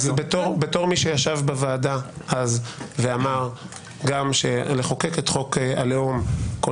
בתור מי שישב בוועדה ואמר גם שלחוקק את חוק הלאום כל